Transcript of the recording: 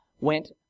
went